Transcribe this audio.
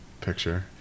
picture